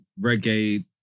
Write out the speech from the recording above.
reggae